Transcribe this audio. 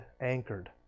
anchored